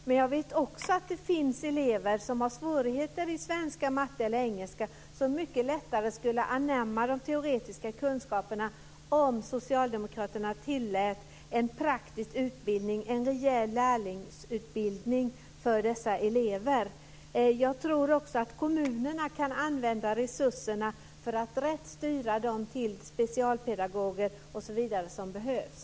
Men jag vet också att det finns elever som har svårigheter i svenska, matte eller engelska, som mycket lättare skulle anamma de teoretiska kunskaperna om socialdemokraterna tillät en praktisk utbildning, en rejäl lärlingsutbildning, för dessa elever. Jag tror också att kommunerna kan använda resurserna för att rätt styra dem till specialpedagoger osv. som behövs.